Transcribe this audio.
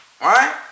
Right